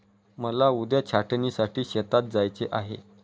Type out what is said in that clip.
मला उद्या छाटणीसाठी शेतात जायचे आहे